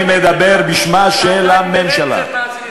אני מדבר בשמה של הממשלה.